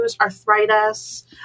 arthritis